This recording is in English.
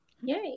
Yay